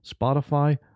Spotify